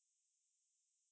that doesn't make sense right